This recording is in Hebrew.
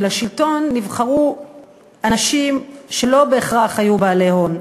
ולשלטון נבחרו אנשים שלא בהכרח היו בעלי הון.